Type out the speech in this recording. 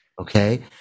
okay